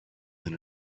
than